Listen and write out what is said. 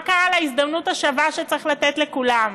מה קרה להזדמנות השווה שצריך לתת לכולם?